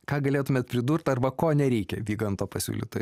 ką galėtumėt pridurt arba ko nereikia vyganto pasiūlytoj